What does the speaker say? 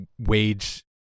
wage